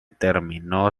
terminó